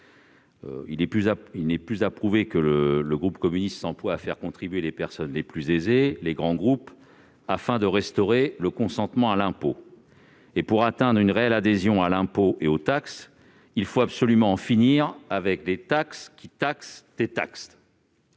Il n'est plus à prouver que le groupe communiste s'emploie à faire contribuer les personnes les plus aisées et les grands groupes afin de restaurer le consentement à l'impôt. Or, pour atteindre une réelle adhésion à l'impôt et aux taxes, il faut absolument en finir avec les taxes qui taxent des taxes.